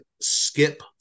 skip